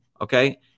okay